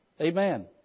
Amen